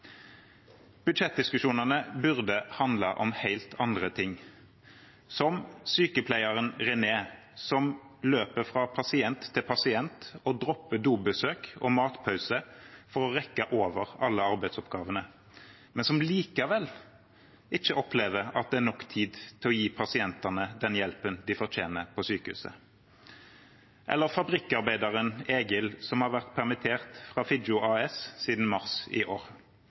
Budsjettdiskusjonene burde handlet om helt andre ting: Som sykepleieren Renee, som løper fra pasient til pasient og dropper dobesøk og matpause for å rekke over alle arbeidsoppgavene, men som likevel ikke opplever at det er nok tid til å gi pasientene den hjelpen de fortjener på sykehuset. Eller fabrikkarbeideren Egil, som har vært permittert fra Figgjo AS siden mars i år.